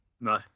No